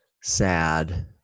sad